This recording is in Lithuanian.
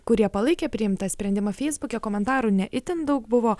kurie palaikė priimtą sprendimą feisbuke komentarų ne itin daug buvo